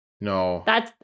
No